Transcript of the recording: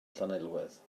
llanelwedd